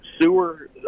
Sewer